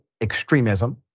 extremism